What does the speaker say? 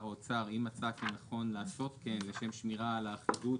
האוצר אם מצא כי נכון לעשות כן לשם שמירה על האחידות